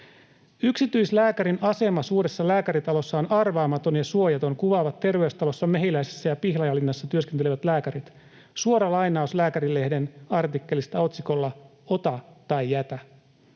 Yksityislääkärin asema suuressa lääkäritalossa on arvaamaton ja suojaton, kuvaavat Terveystalossa, Mehiläisessä ja Pihlajalinnassa työskentelevät lääkärit. Suora lainaus Lääkärilehden artikkelista otsikolla ”Ota tai jätä”: